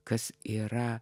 kas yra